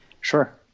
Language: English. Sure